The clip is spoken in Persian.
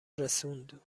رسوند